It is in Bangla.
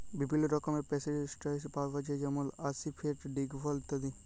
বিভিল্ল্য রকমের পেস্টিসাইড পাউয়া যায় যেমল আসিফেট, দিগফল ইত্যাদি